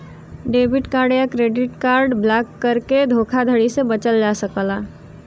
debit card या credit card block करके धोखाधड़ी से बचल जा सकला